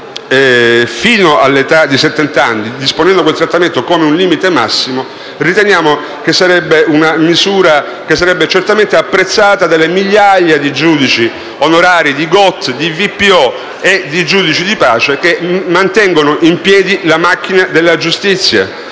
fino all'età di settant'anni, disponendo quel trattamento come un limite massimo, riteniamo che sarebbe certamente apprezzato dalle migliaia di giudici onorari, GOT, VPO e giudici di pace, che mantengono in piedi la macchina della giustizia.